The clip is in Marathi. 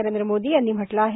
नरेंद्र मोदी यांनी म्हटलं आहे